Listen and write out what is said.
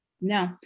No